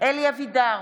אלי אבידר,